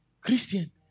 Christian